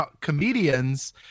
comedians